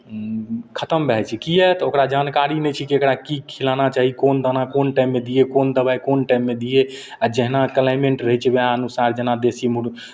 खतम भए जाइ छै किएक तऽ ओकरा जानकारी नहि छै कि एकरा की खिलाना चाही कोन दाना कोन टाइममे दियै कोन दबाइ कोन टाइममे दियै आ जहिना क्लाइमेट रहै छै उएह अनुसार जेना देशी मुर्